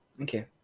Okay